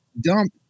dump